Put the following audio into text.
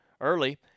early